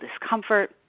discomfort